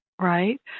right